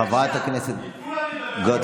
חברת הכנסת גוטליב,